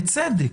בצדק,